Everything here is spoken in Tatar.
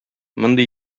мондый